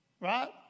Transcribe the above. right